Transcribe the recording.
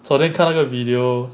昨天看那个 video